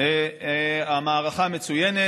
אזרחי ישראל,